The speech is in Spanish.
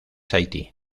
haití